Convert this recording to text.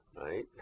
right